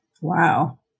Wow